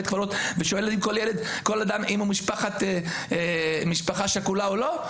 קברות ושואלים כל אדם אם הוא משפחה שכולה או לא?